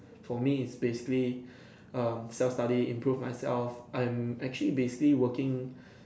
for me it's basically um self study improve myself I'm actually basically working